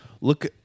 look